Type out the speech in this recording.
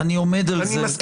אני אפילו לא צריך לקרוא.